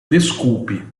desculpe